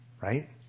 right